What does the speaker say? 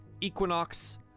Equinox